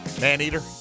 Maneater